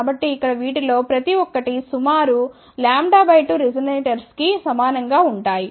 కాబట్టి ఇక్కడ వీటిలో ప్రతి ఒక్కటి సుమారు λ 2 రిజోనేటర్స్ కి సమానంగా ఉంటాయి